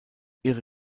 ihre